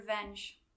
revenge